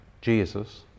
Jesus